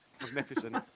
Magnificent